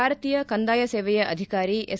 ಭಾರತೀಯ ಕಂದಾಯ ಸೇವೆಯ ಅಧಿಕಾರಿ ಎಸ್